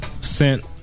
Sent